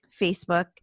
Facebook